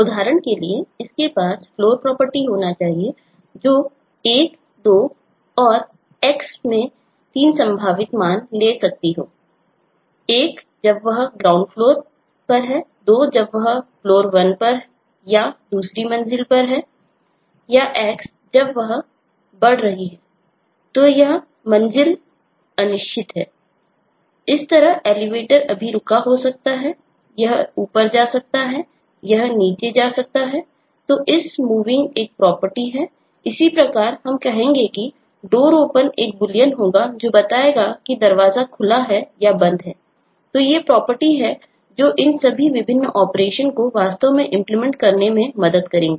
उदाहरण के लिए इसके पास floor प्रॉपर्टी करने में मदद करेंगी